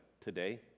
today